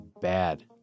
bad